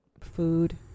Food